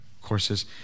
courses